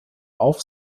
auf